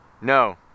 No